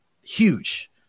huge